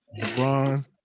LeBron